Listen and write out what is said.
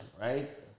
right